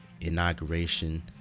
inauguration